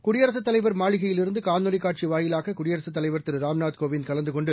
குடியரசுத் தலைவர் மாளிகையில் இருந்து காணொலிக் காட்சி வாயிலாக குடியரசுத் தலைவர் திரு ராம்நாத் கோவிந்த் கலந்து கொண்டு